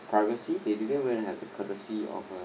privacy they didn't really have the courtesy of uh